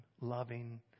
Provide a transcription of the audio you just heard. loving